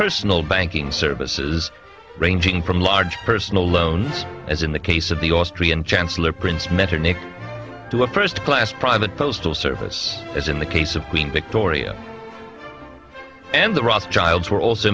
personal banking services ranging from large personal loans as in the case of the austrian chancellor prince metternich to a first class private postal service as in the case of queen victoria and the rothschilds were also